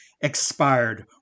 expired